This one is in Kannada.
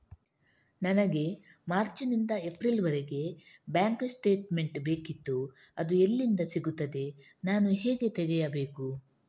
ನನಗೆ ಮಾರ್ಚ್ ನಿಂದ ಏಪ್ರಿಲ್ ವರೆಗೆ ಬ್ಯಾಂಕ್ ಸ್ಟೇಟ್ಮೆಂಟ್ ಬೇಕಿತ್ತು ಅದು ಎಲ್ಲಿಂದ ಸಿಗುತ್ತದೆ ನಾನು ಹೇಗೆ ತೆಗೆಯಬೇಕು?